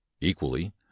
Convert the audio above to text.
equally